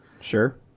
sure